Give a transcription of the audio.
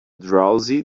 drowsy